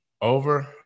over